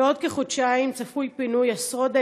בעוד כחודשיים צפוי פינוי עשרות דיירים,